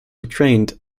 retained